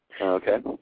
Okay